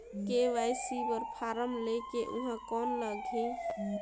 KYC बर form ले के ऊहां कौन लगही?